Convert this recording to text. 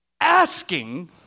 asking